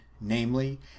namely